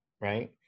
right